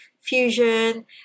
fusion